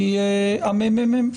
היא הממ"מ.